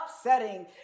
upsetting